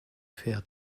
faire